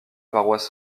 paroisse